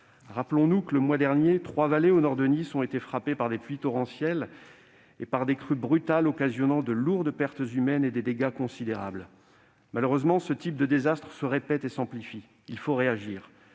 Rappelons-nous que, le mois dernier, trois vallées au nord de Nice ont été frappées par des pluies torrentielles et par des crues brutales occasionnant de lourdes pertes humaines et des dégâts considérables. Malheureusement, ce type de désastre se répète et s'amplifie. Il faut réagir.